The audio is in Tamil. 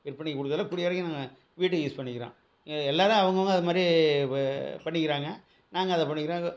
விற்பனைக்குக் கொடுக்கறதில்ல கூடிய வரைக்கும் நாங்கள் வீட்டுக்கு யூஸ் பண்ணிக்கிறோம் எல்லோரும் அவுங்கவங்க அது மாதிரி ப பண்ணிக்கிறாங்க நாங்கள் அதை பண்ணிக்கிறோம் ஆக